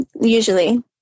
Usually